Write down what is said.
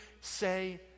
say